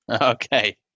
Okay